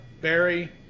Barry